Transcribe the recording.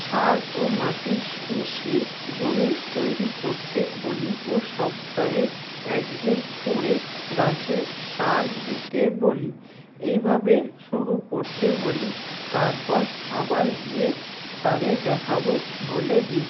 সার ও মাটি মিশিয়ে জমি তৈরি করতে বলি ও সপ্তাহে এক দিন করে গাছে সার দিতে বলি এইভাবে শুরু করতে বলি তারপর আবার গিয়ে তাদের দেখাবো বলে দিই